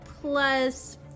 plus